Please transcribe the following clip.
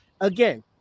again